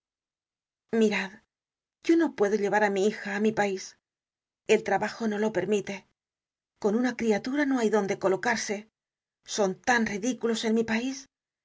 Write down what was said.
mirad yo no puedo llevar á mi hija á mi pais el trabajo no lo permite con una criatura no hay donde colocarse son tan ridículos en mi pais